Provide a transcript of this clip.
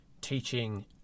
teaching